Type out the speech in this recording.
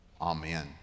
Amen